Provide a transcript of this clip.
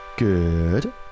Good